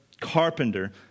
carpenter